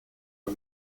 for